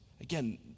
again